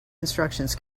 instructions